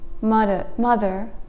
Mother